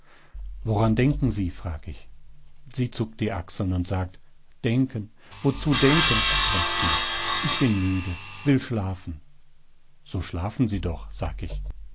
woran denken sie frag ich sie zuckt die achseln und sagt denken wozu denken sagt sie ich bin müde will schlafen so schlafen sie doch sag ich